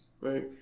Right